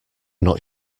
not